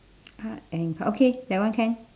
art and cu~ okay that one can